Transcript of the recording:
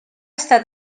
està